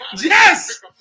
Yes